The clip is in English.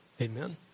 Amen